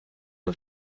auf